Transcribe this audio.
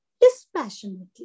dispassionately